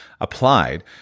applied